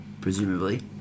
presumably